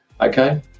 Okay